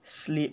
sleep